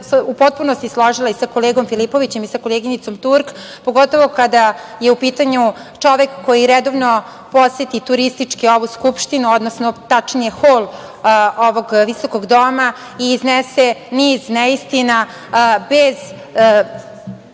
u potpunosti složila i sa kolegom Filipovićem i sa koleginicom Turk, pogotovo kada je u pitanju čovek koji redovno poseti turistički ovu Skupštinu, odnosno tačnije hol ovog visokog doma i iznese niz neistina bez